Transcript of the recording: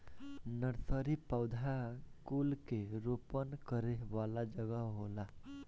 nursery पौधा कुल के रोपण करे वाला जगह होला